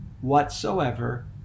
whatsoever